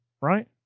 Right